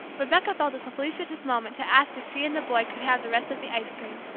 rebecca felt this a felicitous moment to ask if she and the boys could have the rest of the ice-cream.